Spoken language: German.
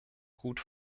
gut